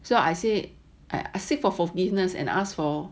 so I say I I seek for forgiveness and ask for